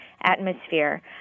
atmosphere